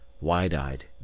wide-eyed